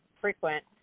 frequent